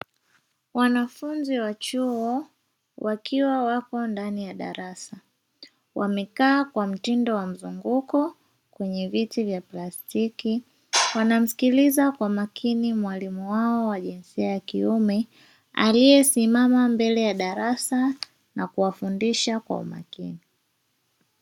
Wanafunzi wa chuo, wakiwa wako ndani ya darasa, wamekaa kwa mtindo wa mzunguko kwenye viti vya plastiki. Wanamsikiliza kwa makini mwalimu wao wa jinsia ya kiume aliyesimama mbele ya darasa na kuwafundisha kwa umakini.